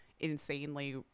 insanely